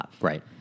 Right